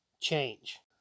change